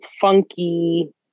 funky